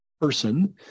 person